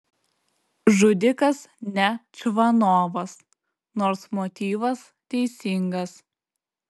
žudikas ne čvanovas nors motyvas teisingas